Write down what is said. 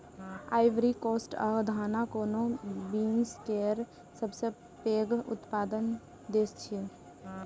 Ivory Coast आ Ghana cocoa beans केर सबसं पैघ उत्पादक देश छियै